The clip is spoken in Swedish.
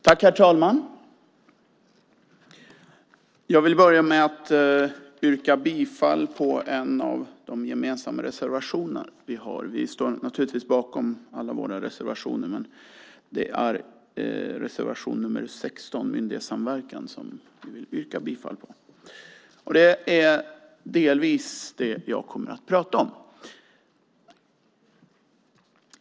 Herr talman! Jag vill börja med att yrka bifall till en av de gemensamma reservationer vi har. Vi står naturligtvis bakom alla våra reservationer, men det är reservation nr 16, Myndighetssamverkan, jag yrkar bifall till. Det är också delvis detta jag kommer att prata om.